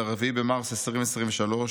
4 במרץ 2023,